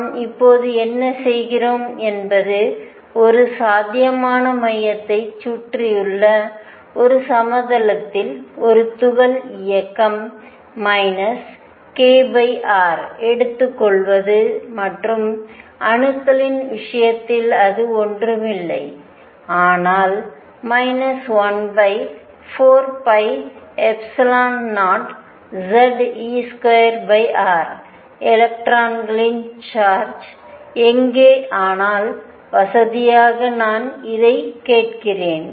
நாம் இப்போது என்ன செய்கிறோம் என்பது ஒரு சாத்தியமான மையத்தைச் சுற்றியுள்ள ஒரு சமதளத்தில் ஒரு துகள் இயக்கம் kr எடுத்துக்கொள்வது மற்றும் அணுக்களின் விஷயத்தில் அது ஒன்றுமில்லை ஆனால் 14π0Ze2r எலக்ட்ரானின் சார்ஜ் எங்கே ஆனால் வசதிக்காக நான் இதைக் கேட்கிறேன்